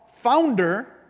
founder